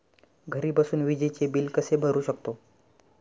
घरी बसून विजेचे बिल कसे भरू शकतो?